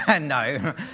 no